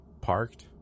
parked